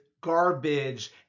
garbage